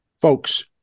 folks